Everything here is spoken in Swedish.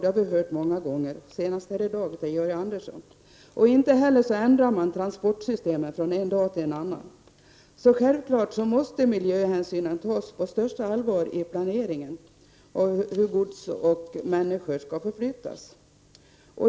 Det har vi hört många gånger, senast i dag av Georg Andersson. Inte heller ändrar man transportsystemet från en dag till en annan. Självklart måste miljöhänsynen tas på största allvar i planeringen av hur gods och människor skall förflyttas.